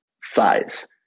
size